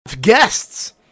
Guests